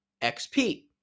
XP